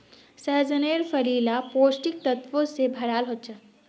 सह्जानेर फली ला पौष्टिक तत्वों से भराल होचे